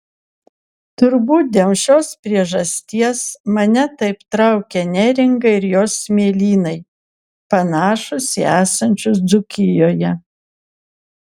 turbūt dėl šios priežasties mane taip traukia neringa ir jos smėlynai panašūs į esančius dzūkijoje